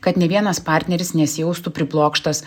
kad nei vienas partneris nesijaustų priblokštas